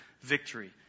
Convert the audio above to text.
victory